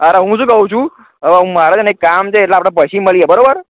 અરે હું શું કહું છું હવે મારે છે ને એક કામ છે એટલે આપણે પછી મળીએ બરાબર